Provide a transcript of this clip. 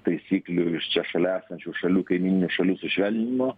taisyklių iš čia šalia esančių šalių kaimyninių šalių sušvelninimo